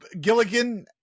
Gilligan